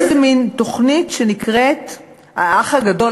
יש איזה מין תוכנית שנקראת "האח הגדול".